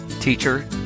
teacher